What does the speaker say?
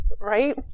right